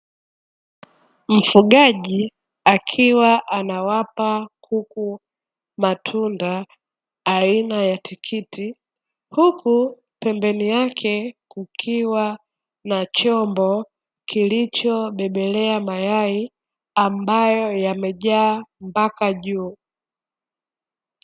Mfugaji akiwa anawapa kuku matunda aina ya tikiti, huku pembeni yake kukiwa na chombo kilicho pembelea mayai ambayo yamejaa mpaka juu.